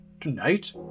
tonight